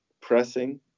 pressing